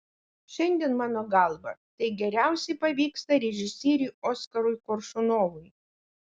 šiandien mano galva tai geriausiai pavyksta režisieriui oskarui koršunovui